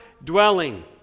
dwelling